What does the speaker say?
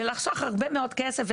ולחסוך הרבה מאוד כסף,